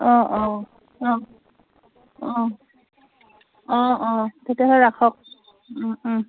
অঁ অঁ অঁ অঁ অঁ অঁ তেতিয়াহ'লে ৰাখক